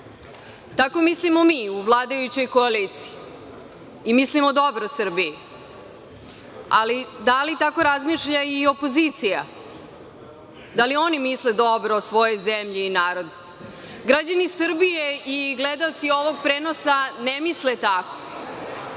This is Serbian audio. Tako mislimo mi, u vladajućoj koaliciji i mislimo dobro Srbiji. Ali, da li tako razmišlja i opozicija? Da li oni misle dobro svojoj zemlji i narodu? Građani Srbije i gledaoci ovog prenosa ne misle tako.